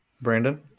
brandon